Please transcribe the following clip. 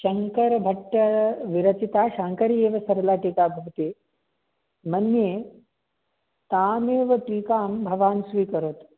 शङ्करभट्टविरचिता शाङ्करी एव सरला टीका भवति मन्ये तामेव टीकां भवान् स्वीकरोतु